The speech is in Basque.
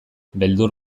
beldur